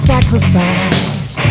Sacrifice